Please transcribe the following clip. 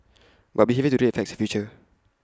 but behaviour today affects the future